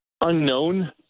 unknown